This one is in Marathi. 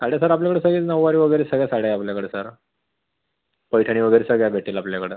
साड्या सर आपल्याकडं सगळेच नऊवारी वगैरे सगळ्या साड्या आहे आपल्याकडं सर पैठणी वगैरे सगळ्या भेटेल आपल्याकडं